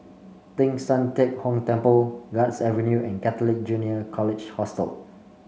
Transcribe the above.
Teng San Tian Hock Temple Guards Avenue and Catholic Junior College Hostel